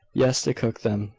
yes, to cook them.